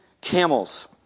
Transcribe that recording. camels